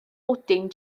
bwdin